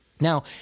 Now